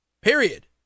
Period